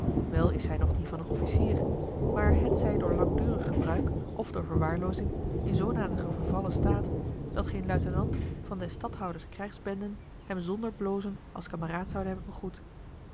wel is zij nog die van een officier maar hetzij door langdurig gebruik of door verwaarloozing in zoodanigen vervallen staat dat geen luitenant van des stadhouders krijgsbenden hem zonder blozen als kameraad zoude hebben